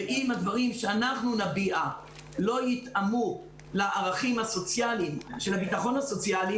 אם הדברים שאנחנו נביע לא יתאמו לערכים הסוציאליים של הביטחון הסוציאלי,